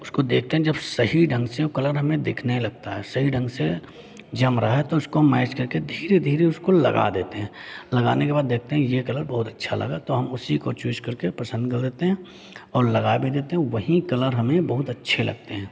उसको देखते हैं जब सही ढंग से वो कलर हमें दिखने लगता है सही ढंग से जम रहा है तो उसको हम मैच करके धीरे धीरे उसको लगा देते हैं लगाने के बाद देखते हैं ये कलर बहुत अच्छा लगा तो हम उसी को चूज़ करके पसंद कर देते हैं और लगा भी देते हैं वही कलर हमें बहुत अच्छे लगते हैं